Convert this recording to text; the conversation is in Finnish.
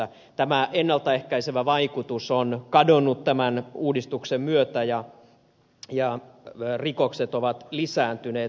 tämä ennalta ehkäisevä vaikutus on kadonnut tämän uudistuksen myötä ja rikokset ovat lisääntyneet